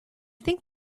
think